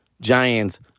Giants